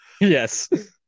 yes